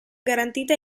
garantita